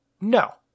No